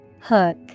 Hook